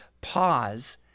pause